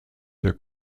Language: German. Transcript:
der